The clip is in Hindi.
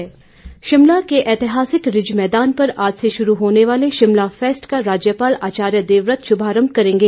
शिमला फेस्ट शिमला के ऐतिहासिक रिज मैदान पर आज से शुरू होने वाले शिमला फेस्ट का राज्यपाल आचार्य देवव्रत शुभारंभ करेंगे